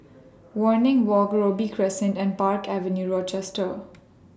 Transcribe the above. Waringin Walk Robey Crescent and Park Avenue Rochester